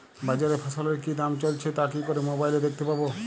বাজারে ফসলের কি দাম চলছে তা কি করে মোবাইলে দেখতে পাবো?